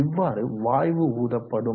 இவ்வாறு வாயு ஊதப்படும்